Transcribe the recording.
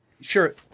Sure